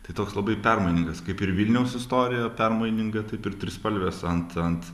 tai toks labai permainingas kaip ir vilniaus istorija permaininga taip ir trispalvės ant ant